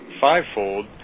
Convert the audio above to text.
fivefold